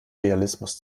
realismus